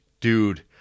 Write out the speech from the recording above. dude